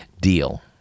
deal